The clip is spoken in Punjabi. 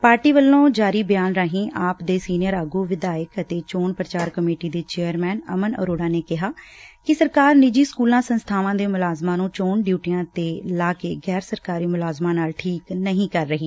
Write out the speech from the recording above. ਪਾਰਟੀ ਵੱਲੋਾਂ ਜਾਰੀ ਬਿਆਨ ਰਾਹੀਂ ਆਪ ਦੇ ਸੀਨੀਅਰ ਆਗੁ ਵਿਧਾਇਕ ਅਤੇ ਚੋਣ ਪ੍ਰਚਾਰ ਕਮੇਟੀ ਦੇ ਚੇਅਰਮੈਨ ਅਮਨ ਅਰੋੜਾ ਨੇ ਕਿਹਾ ਕਿ ਸਰਕਾਰ ਪੂਾਈਵੇਟ ਸਕੁਲਾਂ ਸੰਸਬਾਵਾਂ ਦੇ ਮੁਲਾਜ਼ਮਾਂ ਨੂੰ ਚੋਣ ਡਿਉਟੀਆਂ ਤੇ ਲਾ ਕੇ ਗੈਰ ਸਰਕਾਰੀ ਮੁਲਾਜ਼ਮਾਂ ਨਾਲ ਠੀਕ ਨਹੀਂ ਕਰ ਰਹੀ